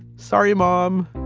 sorry, mom